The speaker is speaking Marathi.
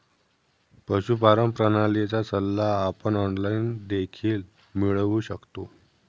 पशुपालन प्रणालीचा सल्ला आपण ऑनलाइन देखील मिळवू शकतो